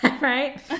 Right